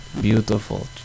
beautiful